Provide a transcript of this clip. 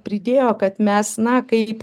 pridėjo kad mes na kaip